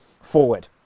forward